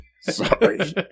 Sorry